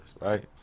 right